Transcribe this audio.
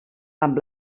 amb